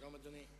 שלום, אדוני.